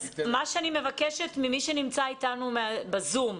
מה שאני מבקשת ממי שנמצא איתנו בזום,